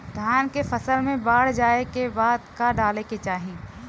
धान के फ़सल मे बाढ़ जाऐं के बाद का डाले के चाही?